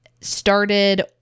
started